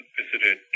visited